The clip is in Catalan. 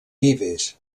vives